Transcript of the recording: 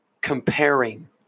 comparing